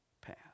path